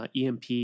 EMP